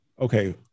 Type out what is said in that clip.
okay